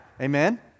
Amen